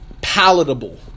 palatable